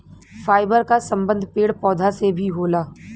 fibre क संबंध पेड़ पौधा से भी होला